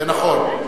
זה נכון.